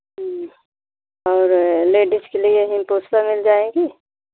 और लेडिस के लिए हेमपुष्पा मिल जाएगी